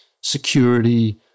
security